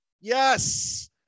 Yes